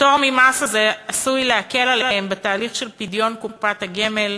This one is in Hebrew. הפטור ממס הזה עשוי להקל עליהם בתהליך של פדיון קופת הגמל,